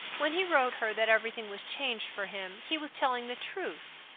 when he wrote her that everything was changed for him, he was telling the truth.